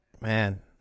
man